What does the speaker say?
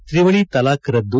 ತ್ರಿವಳಿ ತಲಾಖ್ ರದ್ದು